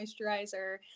moisturizer